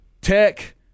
Tech